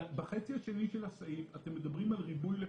בחצי השני של הסעיף אתם מדברים על ריבוי לקוחות.